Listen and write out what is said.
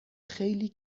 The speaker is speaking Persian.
خیلی